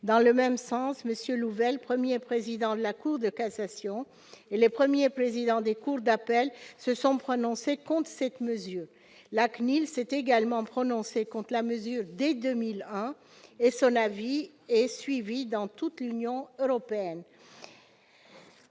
Dans le même sens, M. Louvel, premier président de la Cour de cassation, et les premiers présidents des cours d'appel se sont prononcés contre cette mesure. La CNIL s'est également prononcée contre la mesure dès 2001, et son avis est suivi dans toute l'Union européenne.